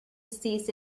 cease